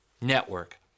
network